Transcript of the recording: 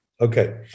Okay